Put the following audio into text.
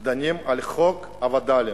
דנים על חוק הווד”לים,